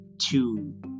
two